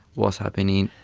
what's happening.